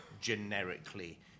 generically